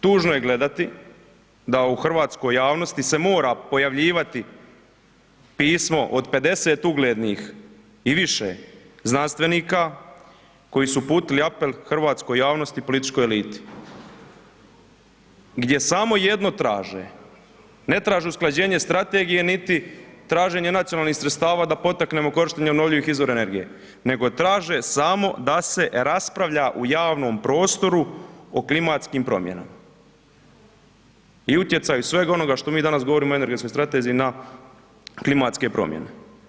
Tužno je gledati da u hrvatskoj javnosti se mora pojavljivati pismo od 50 uglednih i više znanstvenika koji su uputili apel hrvatskoj javnosti i političkoj eliti gdje samo jedno traže, ne traže usklađenje strategije niti traženje nacionalnih sredstava da potaknemo korištenje obnovljivih izvora energije, nego traže samo da se raspravlja u javnom prostoru o klimatskim promjenama i utjecaju svega onoga što mi danas govorimo o energetskoj strateziji na klimatske promjene.